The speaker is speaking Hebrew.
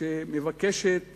שמבקשת